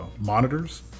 monitors